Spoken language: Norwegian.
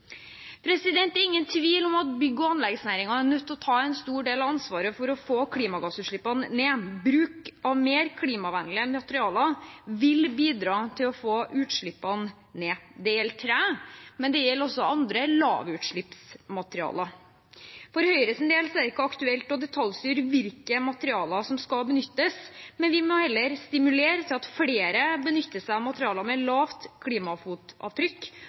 Det er ingen tvil om at bygge- og anleggsnæringen er nødt til å ta en stor del av ansvaret for å få klimagassutslippene ned. Bruk av mer klimavennlige materialer vil bidra til å få utslippene ned. Det gjelder tre, men det gjelder også andre lavutslippsmaterialer. For Høyres del er det ikke aktuelt å detaljstyre hvilke materialer som skal benyttes. Vi må heller stimulere til at flere benytter seg av materialer med lavt klimafotavtrykk,